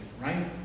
right